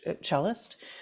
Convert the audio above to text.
cellist